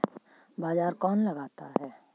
बाजार कौन लगाता है?